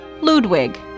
Ludwig